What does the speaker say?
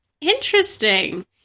Interesting